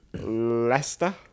Leicester